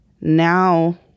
Now